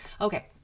Okay